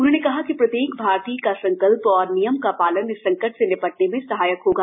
उन्होंने कहा कि प्रत्येक भारतीय का संकल्प और नियम का पालन इस संकट से निपटने में सहायक होगा